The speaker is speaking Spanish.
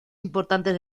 importantes